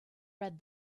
read